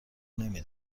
نمی